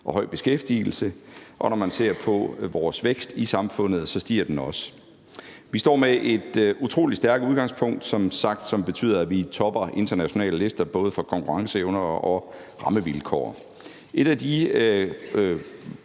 og høj beskæftigelse, og når man ser på vores vækst i samfundet, stiger den også. Vi står som sagt med et utrolig stærkt udgangspunkt, som betyder, at vi topper internationale lister for både konkurrenceevne og rammevilkår. Et af de